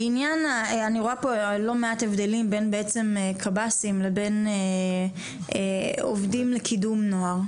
אני רואה פה לא מעט הבדלים בין בעצם קב"סים לבין עובדים לקידום נוער.